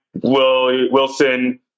Wilson